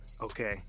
Okay